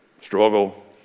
struggle